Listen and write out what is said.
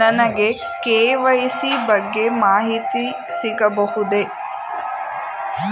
ನನಗೆ ಕೆ.ವೈ.ಸಿ ಬಗ್ಗೆ ಮಾಹಿತಿ ಸಿಗಬಹುದೇ?